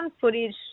footage